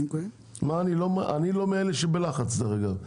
אני לא מאלה שבלחץ כרגע.